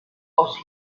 aus